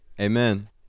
amen